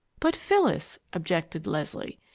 but, phyllis, objected leslie,